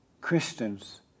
Christians